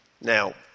Now